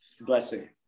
blessing